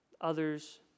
others